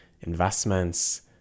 investments